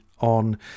on